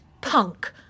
punk